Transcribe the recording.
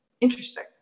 interesting